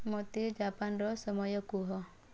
ମୋତେ ଜାପାନର ସମୟ କୁହ